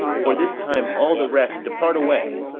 for this time all the rest depart away.